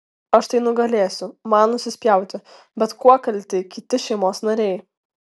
aš tai nugalėsiu man nusispjauti bet kuo kalti kiti šeimos nariai